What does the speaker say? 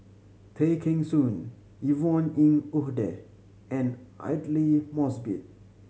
Tay Kheng Soon Yvonne Ng Uhde and Aidli Mosbit